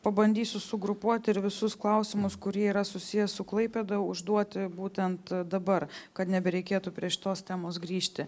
pabandysiu sugrupuoti ir visus klausimus kurie yra susiję su klaipėda užduoti būtent dabar kad nebereikėtų prie šitos temos grįžti